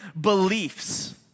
beliefs